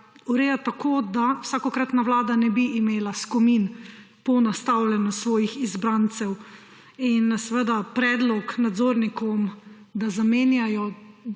ureja tako, da vsakokratna vlada ne bi imela skomin po nastavljanju svojih izbrancev in seveda predlog nadzornikov, da zamenjajo